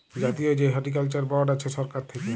জাতীয় যে horticulture board আছে সরকার থাক্যে